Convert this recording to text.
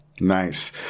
Nice